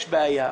יש בעיה.